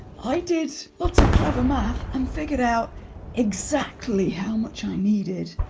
i did lots of clever math and figured out exactly how much i needed.